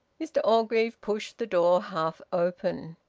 mr orgreave pushed the door half open.